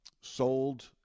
sold